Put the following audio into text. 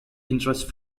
interest